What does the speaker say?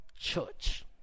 church